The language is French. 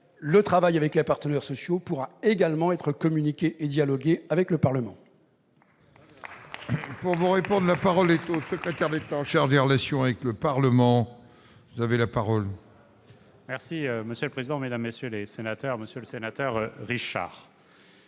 le travail avec les partenaires sociaux pourra également être communiqué et dialogué avec le Parlement